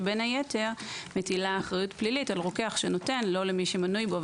שבין היתר מטילה אחריות פלילית על רוקח שנותן לא למי שמנוי בו,